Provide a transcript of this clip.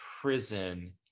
prison